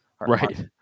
Right